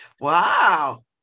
Wow